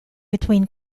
between